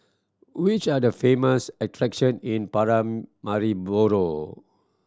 which are the famous attraction in Paramaribo